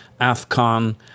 AFCON